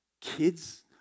kids